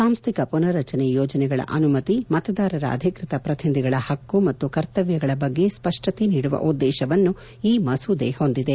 ಸಾಂಸ್ಕಿಕ ಪುನರ್ರಚನೆ ಯೋಜನೆಗಳ ಅನುಮತಿ ಮತದಾರರ ಅಧಿಕೃತ ಪ್ರತಿನಿಧಿಗಳ ಹಕ್ಕು ಮತ್ತು ಕರ್ತಮ್ಥಗಳ ಬಗ್ಗೆ ಸ್ಪಷ್ಟತೆ ನೀಡುವ ಉದ್ದೇಶವನ್ನು ಈ ಮಸೂದೆ ಹೊಂದಿದೆ